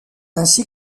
ainsi